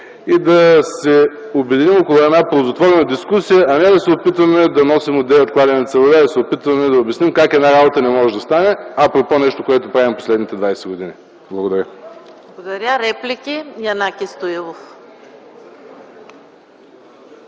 Да се обединим около ползотворна дискусия, а не да се опитваме да носим от девет кладенеца вода и да се опитваме да обясним как една работа не може да стане, апропо нещо, което правим в последните 20 години. Благодаря.